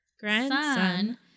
grandson